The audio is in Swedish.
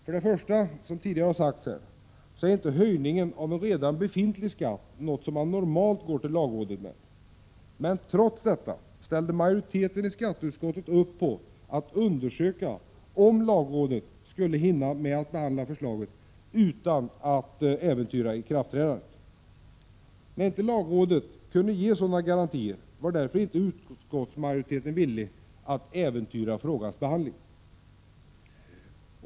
För det första, som redan sagts, är inte höjningen av en redan befintlig skatt något som man normalt går till lagrådet med, men trots detta ställde majoriteten i skatteutskottet upp på att undersöka om lagrådet skulle hinna med att behandla förslaget utan att äventyra ikraftträdandet. När inte lagrådet kunde ge sådana garantier, var inte utskottsmajoriteten villig att äventyra frågans behandling.